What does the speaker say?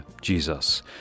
Jesus